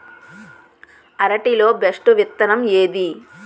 అరటి లో బెస్టు విత్తనం ఏది?